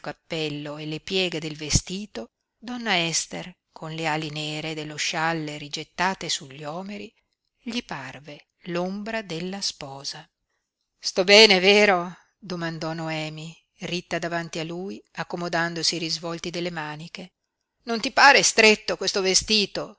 cappello e le pieghe del vestito donna ester con le ali nere dello scialle rigettate sugli omeri gli parve l'ombra della sposa sto bene vero domandò noemi ritta davanti a lui accomodandosi i risvolti delle maniche non ti pare stretto questo vestito